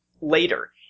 later